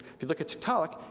if you look at tiktaalik,